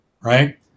right